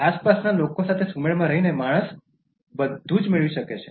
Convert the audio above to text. આસપાસના લોકો સાથે સુમેળમાં રહીને માણસ બધું મેળવી શકે છે